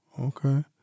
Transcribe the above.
Okay